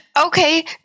Okay